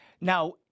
Now